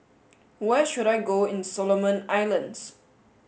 where should I go in Solomon Islands